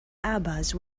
abbas